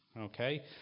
Okay